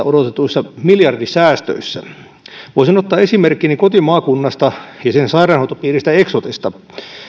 sotesta odotetuissa miljardisäästöissä voisin ottaa esimerkkini kotimaakunnasta ja sen sairaanhoitopiiristä eksotesta